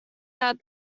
that